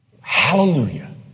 Hallelujah